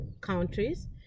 countries